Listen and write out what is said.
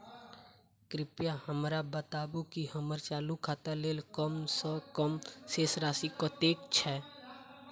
कृपया हमरा बताबू की हम्मर चालू खाता लेल कम सँ कम शेष राशि कतेक छै?